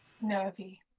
nervy